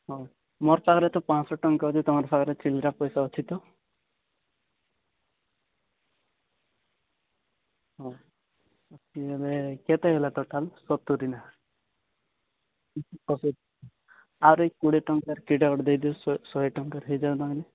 ହଁ ମୋରୋ ସାଙ୍ଗରେ ପାଶହ ଟଙ୍କା ସିଙ୍ଗଡ଼ା ପଇସା ଅଛି ତ ଏଇ ଏବେ କେତେ ହେଲା ଟୋଟାଲ୍ ସତୁରି ନା ଆର କୋଡ଼ିଏ ଟଙ୍କାର ଏଇଟା ଗୋଟେ ଦେଇଦିଅ ଶହେ ଟଙ୍କା ହୋଇଯାଉ